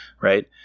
right